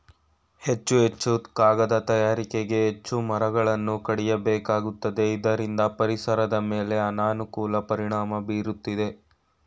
ಹೆಚ್ಚು ಹೆಚ್ಚು ಕಾಗದ ತಯಾರಿಕೆಗೆ ಹೆಚ್ಚು ಮರಗಳನ್ನು ಕಡಿಯಬೇಕಾಗುತ್ತದೆ ಇದರಿಂದ ಪರಿಸರದ ಮೇಲೆ ಅನಾನುಕೂಲ ಪರಿಣಾಮ ಬೀರುತ್ತಿದೆ